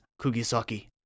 Kugisaki